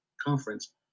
conference